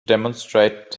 demonstrate